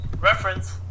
reference